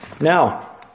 Now